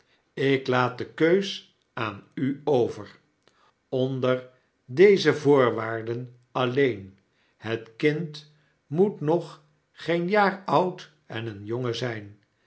ik laat de keus aan u over onder deze voorwaarden alleen het kind moet nog geen jaar oud en een jongen zyn